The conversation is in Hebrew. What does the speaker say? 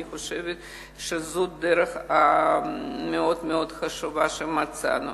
אני חושבת שזו דרך מאוד מאוד חשובה שמצאנו.